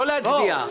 לא להצביע.